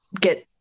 get